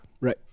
Right